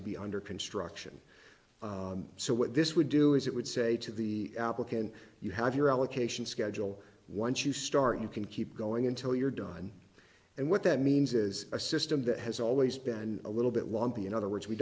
to be under construction so what this would do is it would say to the application you have your allocation schedule once you start you can keep going until you're done and that means is a system that has always been a little bit lumpy in other words we